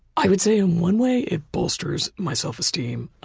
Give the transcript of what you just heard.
i would say in one way it bolsters my self-esteem.